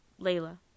Layla